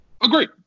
Agree